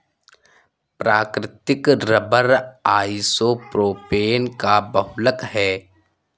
प्राकृतिक rubber isopropene का बहुलक है